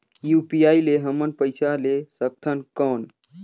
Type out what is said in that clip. UPI ले हमन पइसा ले सकथन कौन?